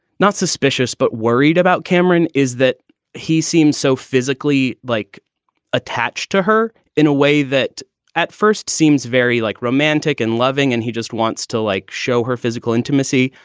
not suspicious, but worried about cameron is that he seems so physically like attached to her in a way that at first seems very like romantic and loving, and he just wants to like show her physical intimacy.